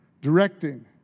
directing